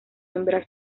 hembra